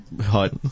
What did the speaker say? hut